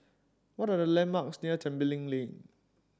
what are the landmarks near Tembeling Lane